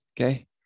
Okay